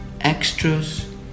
extras